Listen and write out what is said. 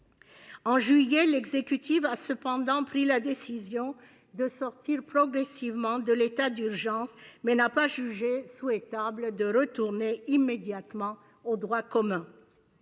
En juillet, l'exécutif a pris la décision de sortir progressivement de l'état d'urgence, mais n'a pas jugé souhaitable de retourner immédiatement au droit commun.